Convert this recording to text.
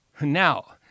Now